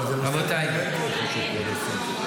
לא, אבל זה נושא באמת חשוב, כבוד השר.